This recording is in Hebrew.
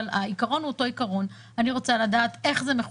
אבל העיקרון הוא אותו עיקרון.